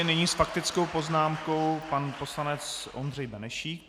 Nyní s faktickou poznámkou pan poslanec Ondřej Benešík.